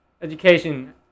education